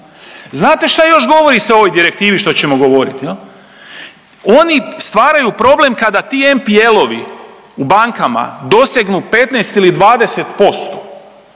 Znate šta još govori se u ovoj direktivi što ćemo govoriti. Oni stvaraju problem kada ti NPL-ovi u bankama dosegnu 15 ili 20%